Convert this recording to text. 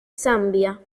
zambia